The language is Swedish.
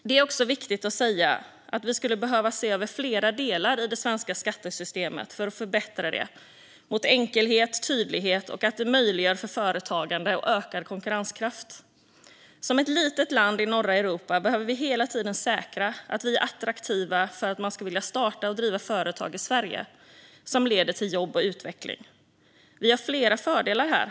Det är också viktigt att säga att vi skulle behöva se över flera delar i det svenska skattesystemet för att förbättra det i riktning mot enkelhet och tydlighet och se till att det möjliggör företagande och ökad konkurrenskraft. Som ett litet land i norra Europa behöver vi hela tiden säkra att vi är attraktiva för att man ska vilja starta och driva företag i Sverige som leder till jobb och utveckling. Sverige har flera fördelar här.